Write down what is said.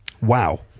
Wow